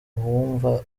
uwumva